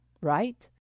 right